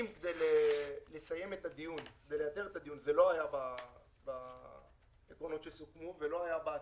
זה לא היה בעקרונות שסוכמו ולא היה בהצעה,